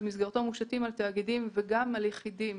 ובמסגרתו מושתים על תאגידים וגם על יחידים